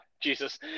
Jesus